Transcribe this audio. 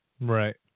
Right